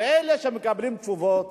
על אלה שמקבלים תשובות